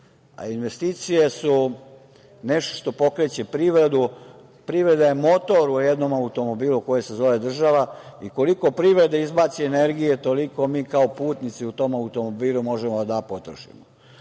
a investicije su nešto što pokreće privredu, privreda je motor u jednom automobilu koji se zove država i koliko privreda izbaci energije toliko mi kao putnici u tom automobilu možemo da potrošimo.